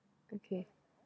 okay